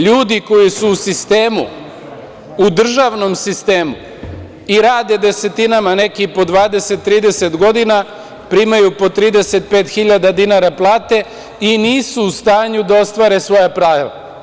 Ljudi koji su u sistemu, u državnom sistemu i rade desetinama, neki po 20, 30 godina, primaju po 35.000 dinara plate i nisu u stanju da ostvare svoja prava.